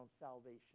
salvation